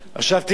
עכשיו תראו,